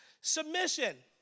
Submission